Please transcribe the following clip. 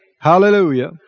Hallelujah